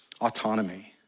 autonomy